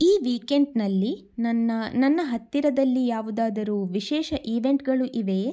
ಈ ವೀಕೆಂಡ್ನಲ್ಲಿ ನನ್ನ ನನ್ನ ಹತ್ತಿರದಲ್ಲಿ ಯಾವುದಾದರೂ ವಿಶೇಷ ಈವೆಂಟ್ಗಳು ಇವೆಯೇ